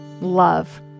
love